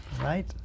right